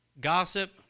gossip